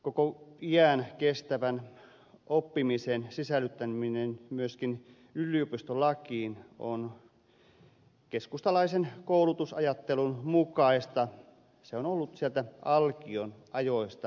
koko iän kestävän oppimisen sisällyttäminen myöskin yliopistolakiin on keskustalaisen koulutusajattelun mukaista se on ollut sieltä alkion ajoista lähtien